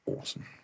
Awesome